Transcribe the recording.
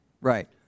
Right